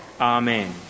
Amen